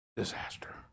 disaster